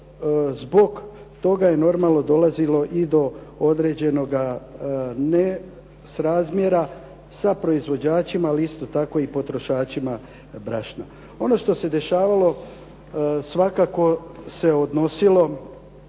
zbog toga je normalno dolazilo i do određenoga nesrazmjera sa proizvođačima, ali isto tako i potrošačima brašna. Ono što se dešavalo svakako se odnosilo